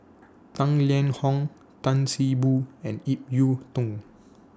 Tang Liang Hong Tan See Boo and Ip Yiu Tung